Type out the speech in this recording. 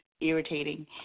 irritating